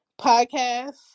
podcast